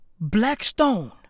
Blackstone